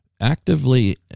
actively